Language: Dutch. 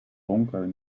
donker